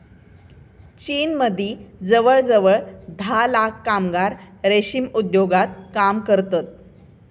चीनमदी जवळजवळ धा लाख कामगार रेशीम उद्योगात काम करतत